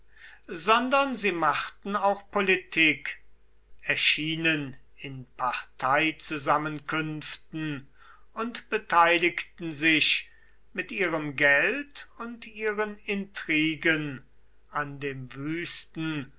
sondern sie machten auch politik erschienen in parteizusammenkünften und beteiligten sich mit ihrem geld und ihren intrigen an dem wüsten